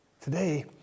Today